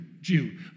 Jew